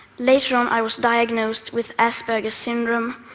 later on, i was diagnosed with asperger syndrome,